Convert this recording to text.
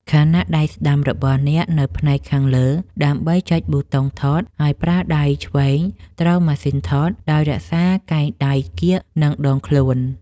ខណៈដៃស្ដាំរបស់អ្នកនៅផ្នែកខាងលើ ដើម្បីចុចប៊ូតុងថត ហើយប្រើដៃឆ្វេងទ្រម៉ាស៊ីនថតដោយរក្សាកែងដៃគៀក នឹងដងខ្លួន។